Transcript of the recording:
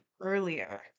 earlier